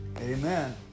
Amen